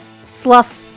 Sluff